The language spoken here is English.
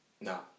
no